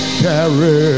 carry